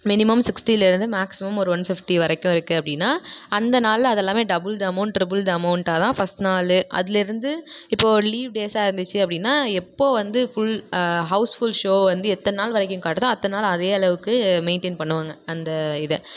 minimum சிக்ஸ்ட்டிலேர்ந்து maximum ஒரு one fifty வரைக்கும் இருக்கு அப்படின்னா அந்த நாளில் அதெல்லாமே double the amount triple the அமௌண்ட்டாகதான் ஃபர்ஸ்ட் நாள் அதிலேருந்து இப்போ லீவ் டேஸாக இருந்திச்சு அப்படின்னா எப்போ வந்து ஃபுல் ஹவுஸ்ஃபுல் ஷோக வந்து எத்தனை நாள் வரைக்கும் காட்டுதோ அத்தனை நாள் அதே அளவுக்கு மெயின்டெயின் பண்ணுவாங்க அந்த இதை